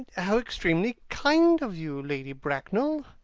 how extremely kind of you, lady bracknell!